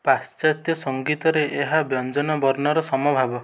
ପାଶ୍ଚାତ୍ୟ ସଂଗୀତରେ ଏହା ବ୍ୟଞ୍ଜନ ବର୍ଣ୍ଣର ସମଭାବ